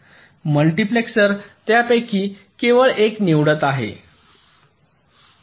multiplexer त्यापैकी केवळ एक निवडत आहे